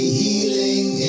healing